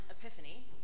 Epiphany